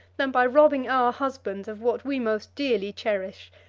than by robbing our husbands of what we most dearly cherish,